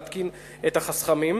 להתקין את החסכמים.